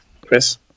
Chris